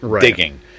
Digging